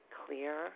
clear